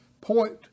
point